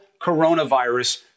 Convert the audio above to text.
coronavirus